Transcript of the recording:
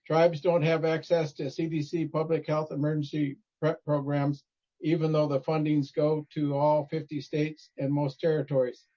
tribes don't have access to cdc public health emergency prep programs even though the fundings go to all fifty states, and most territories.